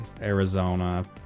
Arizona